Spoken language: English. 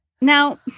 now